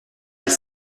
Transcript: elle